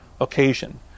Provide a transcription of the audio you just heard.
occasion